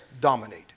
dominate